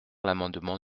l’amendement